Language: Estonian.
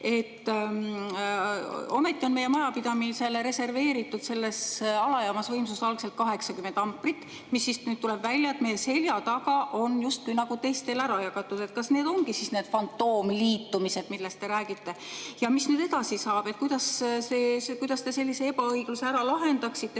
Ometi oli meie majapidamisele algselt reserveeritud selles alajaamas võimsust 80 amprit, mis, nüüd tuleb välja, on meie selja taga justkui nagu teistele ära jagatud. Kas need ongi need fantoomliitumised, millest te räägite? Mis nüüd edasi saab? Kuidas te sellise ebaõigluse ära lahendaksite?